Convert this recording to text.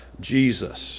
Jesus